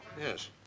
Yes